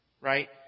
Right